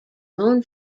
own